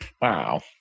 Wow